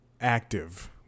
active